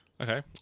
Okay